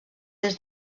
des